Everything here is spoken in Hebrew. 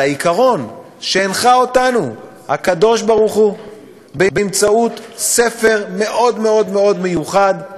העיקרון שבו הנחה אותנו הקדוש-ברוך-הוא באמצעות ספר מאוד מיוחד,